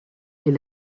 est